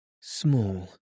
Small